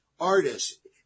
artists